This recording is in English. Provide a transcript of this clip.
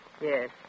Yes